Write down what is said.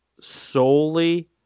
solely